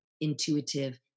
intuitive